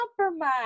compromise